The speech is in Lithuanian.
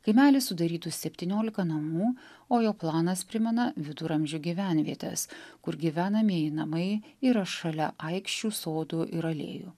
kaimelį sudarytų septyniolika namų o jo planas primena viduramžių gyvenvietes kur gyvenamieji namai yra šalia aikščių sodų ir alėjų